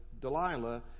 Delilah